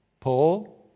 Paul